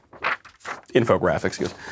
infographics